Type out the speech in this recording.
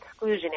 exclusionary